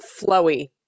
flowy